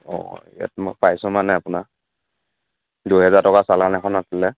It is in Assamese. অঁ ইয়াত মই পাইছোঁ মানে আপোনাৰ দুহেজাৰ টকাৰ চালান এখন আছিলে